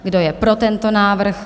Kdo je pro tento návrh?